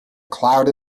cloud